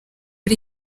ari